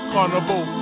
Carnival